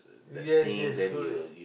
yes yes do it